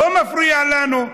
לא מפריע לנו.